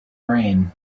rain